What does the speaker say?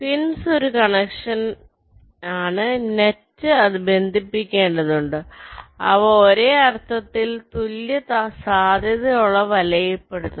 pins ഒരു കണക്ഷനാണ് net അത് ബന്ധിപ്പിക്കേണ്ടതുണ്ട് അവ ഒരേ അർത്ഥത്തിൽ തുല്യ സാധ്യതയുള്ള വലയിൽ പെടുന്നു